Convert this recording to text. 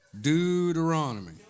Deuteronomy